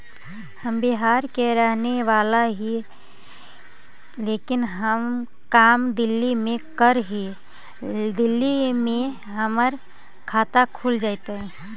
हम बिहार के रहेवाला हिय लेकिन हम काम दिल्ली में कर हिय, दिल्ली में हमर खाता खुल जैतै?